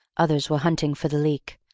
others were hunting for the leak.